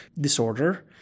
disorder